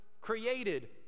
created